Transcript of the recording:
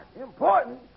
Important